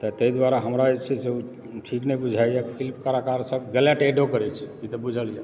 तऽ तैंँ दुआरे हमरा जे छै से ओ ठीक नहि बुझाइया फिल्म कलाकार सब गलत एडो करै छथिन ई तऽ बुझल यऽ